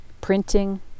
printing